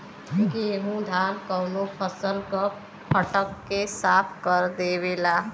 गेहू धान कउनो फसल क फटक के साफ कर देवेला